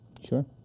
Sure